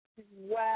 Wow